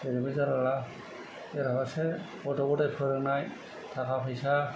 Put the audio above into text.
जेरैबो जारला बेराफारसे गथ' गथाइ फोरोंनाय थाखा फैसा